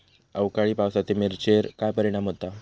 अवकाळी पावसाचे मिरचेर काय परिणाम होता?